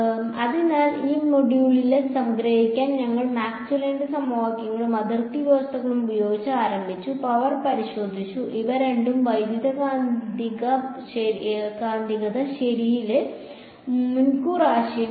അതിനാൽ ഈ മൊഡ്യൂളിനെ സംഗ്രഹിക്കാൻ ഞങ്ങൾ മാക്സ്വെല്ലിന്റെ സമവാക്യങ്ങളും അതിർത്തി വ്യവസ്ഥകളും ഉപയോഗിച്ച് ആരംഭിച്ചു പവർ പരിശോധിച്ചു ഇവ രണ്ടും വൈദ്യുതകാന്തിക ശരിയിലെ മുൻകൂർ ആശയങ്ങളായിരുന്നു